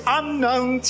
unknown